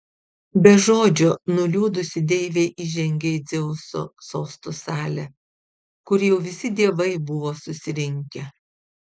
be žodžio nuliūdusi deivė įžengė į dzeuso sosto salę kur jau visi dievai buvo susirinkę